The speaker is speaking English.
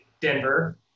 Denver